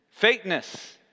fakeness